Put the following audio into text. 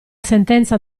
sentenza